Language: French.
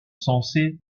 sensée